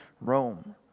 Rome